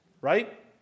right